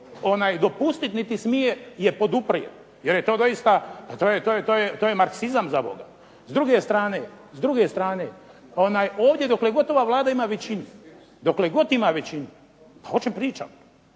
smije dopustiti niti smije je poduprijeti jer je to doista, to je marksizam zaboga. S druge strane, ovdje dokle god ova Vlada ima većinu, dokle god ima većinu, a o čem pričam,